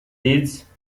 these